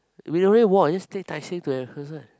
we no need week just take Tai-Seng to MacPherson eh